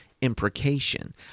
imprecation